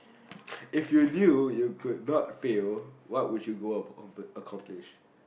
if you knew you could not fail what would you go accom accomplish